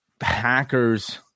hackers